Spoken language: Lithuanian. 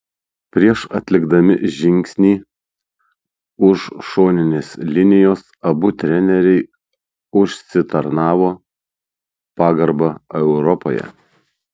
prieš atlikdami žingsnį už šoninės linijos abu treneriai užsitarnavo pagarbą europoje